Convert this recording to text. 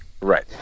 Right